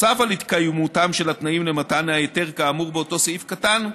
נוסף על התקיימותם של התנאים למתן ההיתר כאמור באותו סעיף קטן,